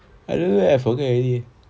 I don't know I forget already eh